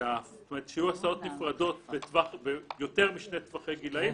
שיהיו הסעות נפרדות ביותר משני טווחי גילאים,